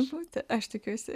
būti aš tikiuosi